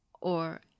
or